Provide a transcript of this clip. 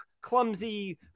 clumsy